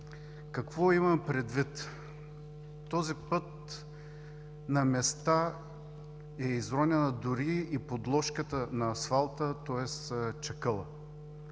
Какво имам предвид? По този път на места е изронена дори и подложката на асфалта, тоест чакълът.